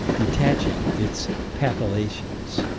detaching its papillations.